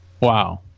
Wow